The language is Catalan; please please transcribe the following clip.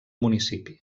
municipi